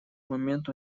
момент